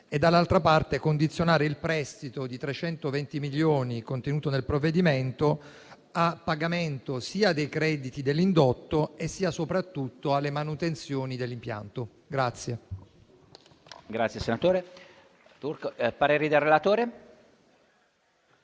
Inoltre si vuole condizionare il prestito di 320 milioni contenuto nel provvedimento al pagamento sia dei crediti dell'indotto, sia soprattutto alle manutenzioni dell'impianto.